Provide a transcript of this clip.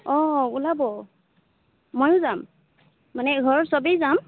অঁ ওলাব ময়ো যাম মানে ঘৰৰ চবেই যাম